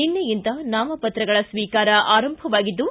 ನಿನ್ನೆಯಿಂದ ನಾಮಪತ್ರಗಳ ಸ್ವೀಕಾರ ಆರಂಭವಾಗಿದ್ದು